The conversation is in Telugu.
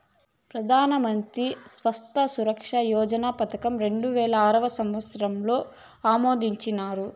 పెదానమంత్రి స్వాస్త్య సురక్ష యోజన పదకం రెండువేల ఆరు సంవత్సరంల ఆమోదించినారు